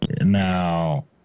Now